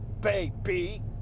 baby